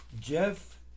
Jeff